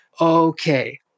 Okay